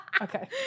okay